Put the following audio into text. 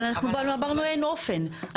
אבל אנחנו אמרנו אין אופן.